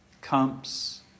comes